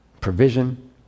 provision